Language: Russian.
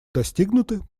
достигнуты